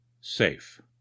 safe